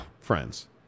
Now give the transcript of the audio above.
friends